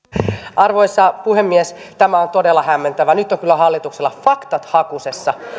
arvoisa puhemies tämä on todella hämmentävää nyt on kyllä hallituksella faktat hakusessa